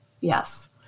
Yes